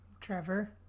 Trevor